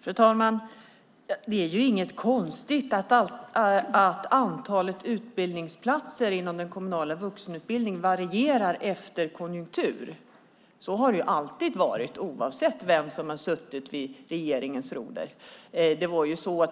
Fru talman! Det är inget konstigt att antalet utbildningsplatser inom den kommunala vuxenutbildningen varierar efter konjunktur. Så har det alltid varit, oavsett vem som suttit vid regeringsrodret.